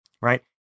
right